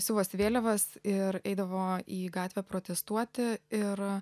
siuvosi vėliavas ir eidavo į gatvę protestuoti ir